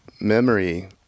memory